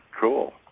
Cool